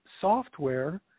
software